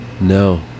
No